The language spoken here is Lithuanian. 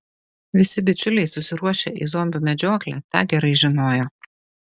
visi bičiuliai susiruošę į zombių medžioklę tą gerai žinojo